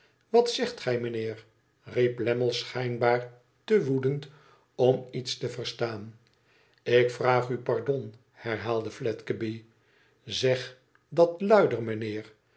wat zegt gij meneer riep lammie schijnbaar te woedend om iets te verstaan lik vraag u pardon herhaalde fledgeby izeg dat luider meneer